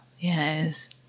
yes